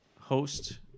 host